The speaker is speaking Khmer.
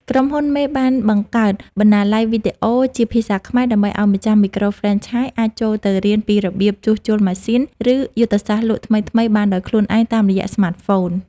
ក្រុមហ៊ុនមេបានបង្កើត "បណ្ណាល័យវីដេអូ" ជាភាសាខ្មែរ ដើម្បីឱ្យម្ចាស់មីក្រូហ្វ្រេនឆាយអាចចូលទៅរៀនពីរបៀបជួសជុលម៉ាស៊ីន ឬយុទ្ធសាស្ត្រលក់ថ្មីៗបានដោយខ្លួនឯងតាមរយៈស្មាតហ្វូន។